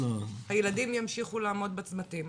הילדים ימשיכו לעמוד בצמתים.